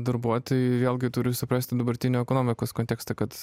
darbuotojai vėlgi turi suprasti dabartinį ekonomikos kontekstą kad